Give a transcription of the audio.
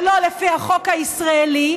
ולא לפי החוק הישראלי,